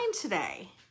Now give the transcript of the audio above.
today